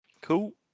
Cool